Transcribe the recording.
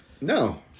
No